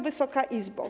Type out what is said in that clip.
Wysoka Izbo!